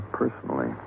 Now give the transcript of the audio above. personally